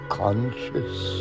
conscious